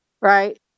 right